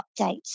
updates